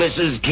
Mrs